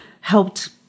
helped